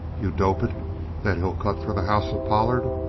you dope it that he'll cut for the house of pollard?